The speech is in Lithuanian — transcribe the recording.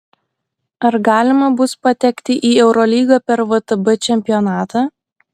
ar galima bus patekti į eurolygą per vtb čempionatą